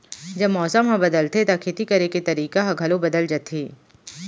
जब मौसम ह बदलथे त खेती करे के तरीका ह घलो बदल जथे?